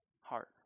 heart